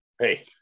hey –